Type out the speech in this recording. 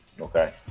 Okay